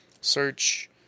Search